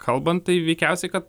kalbant tai veikiausiai kad